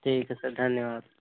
ٹھیک ہے سر دھنیواد